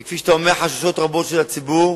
וכפי שאתה אומר, חששות רבים של הציבור,